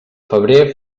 febrer